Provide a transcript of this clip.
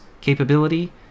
capability